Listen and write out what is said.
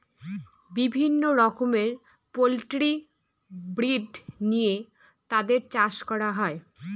বিভিন্ন রকমের poultry breed নিয়ে তাদের চাষ করা হয়